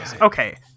Okay